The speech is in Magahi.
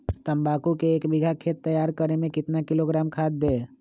तम्बाकू के एक बीघा खेत तैयार करें मे कितना किलोग्राम खाद दे?